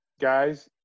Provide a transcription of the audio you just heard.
guys